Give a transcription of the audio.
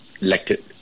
elected